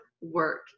work